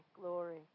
glory